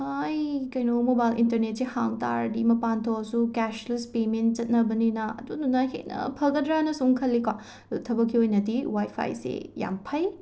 ꯑꯩ ꯀꯩꯅꯣ ꯃꯣꯕꯥꯏꯜ ꯏꯟꯇꯔꯅꯦꯠꯁꯦ ꯍꯥꯡ ꯇꯥꯔꯗꯤ ꯃꯄꯥꯟ ꯊꯣꯛꯑꯁꯨ ꯀꯦꯁꯂꯦꯁ ꯄꯦꯃꯦꯟ ꯆꯠꯅꯕꯅꯤꯅ ꯑꯗꯨꯗꯨꯅ ꯍꯦꯟꯅ ꯐꯒꯗ꯭ꯔꯅ ꯁꯨꯝ ꯈꯜꯂꯤꯀꯣ ꯑꯗꯣ ꯊꯕꯛꯀꯤ ꯑꯣꯏꯅꯗꯤ ꯋꯥꯏ ꯐꯥꯏꯁꯤ ꯌꯥꯝ ꯐꯩ